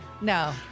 no